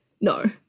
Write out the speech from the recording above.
no